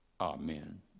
Amen